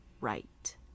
right